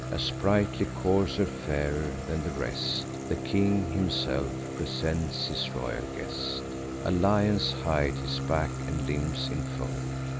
a sprightly courser, fairer than the rest, the king himself presents his royal guest a lion's hide his back and limbs infold,